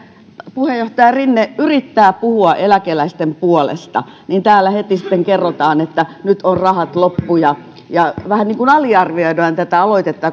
puheenjohtaja rinne yrittää puhua eläkeläisten puolesta niin täällä heti kerrotaan että nyt on rahat loppu ja ja vähän niin kuin aliarvioidaan tätä aloitetta